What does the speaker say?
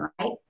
right